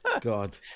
God